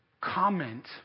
comment